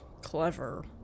clever